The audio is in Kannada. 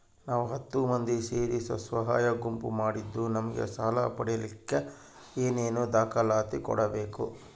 ನಾವು ಹತ್ತು ಮಂದಿ ಸೇರಿ ಸ್ವಸಹಾಯ ಗುಂಪು ಮಾಡಿದ್ದೂ ನಮಗೆ ಸಾಲ ಪಡೇಲಿಕ್ಕ ಏನೇನು ದಾಖಲಾತಿ ಕೊಡ್ಬೇಕು?